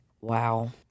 Wow